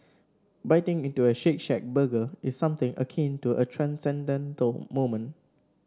biting into a Shake Shack burger is something akin to a transcendental moment